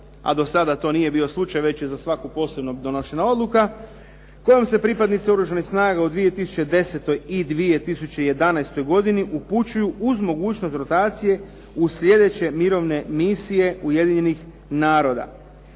a do sada to nije bio slučaj već je za svaku posebno donošena odluka kojom se pripadnici Oružanih snaga u 2010. i 2011. godini upućuju uz mogućnost rotacije u sljedeće Mirovne misije Ujedinjenih naroda.